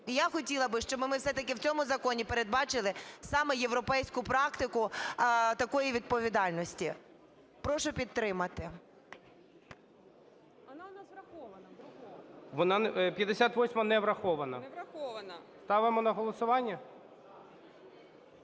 я хотіла би, щоб ми все-таки в цьому законі передбачили саме європейську практику такої відповідальності. Прошу підтримати. ГОЛОВУЮЧИЙ. 58-а не врахована. Ставимо на голосування?